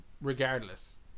regardless